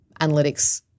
analytics